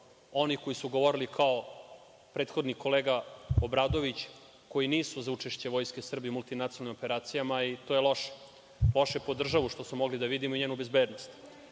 onih koji su govorili kao prethodni kolega Obradović, koji nisu za učešće Vojske Srbije u multinacionalnim operacijama, i to je loše, loše po državu, što smo mogli da vidimo, i njenu bezbednost. Ono